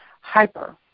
hyper